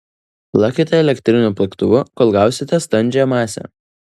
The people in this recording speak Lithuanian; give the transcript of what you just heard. plakite elektriniu plaktuvu kol gausite standžią masę